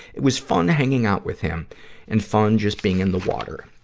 it was fun hanging out with him and fun just being in the water.